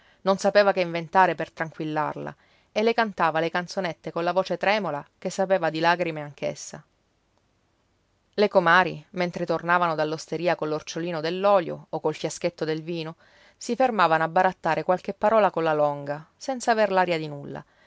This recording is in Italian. non sapeva che inventare per tranquillarla e le cantava le canzonette colla voce tremola che sapeva di lagrime anche essa le comari mentre tornavano dall'osteria coll'orciolino dell'olio o col fiaschetto del vino si fermavano a barattare qualche parola con la longa senza aver l'aria di nulla